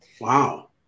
Wow